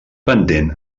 pendent